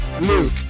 Luke